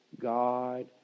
God